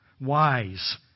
wise